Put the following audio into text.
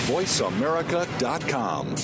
Voiceamerica.com